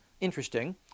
interesting